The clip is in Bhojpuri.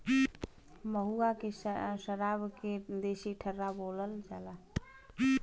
महुआ के सराब के देसी ठर्रा बोलल जाला